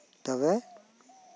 ᱛᱚᱵᱮ